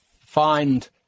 find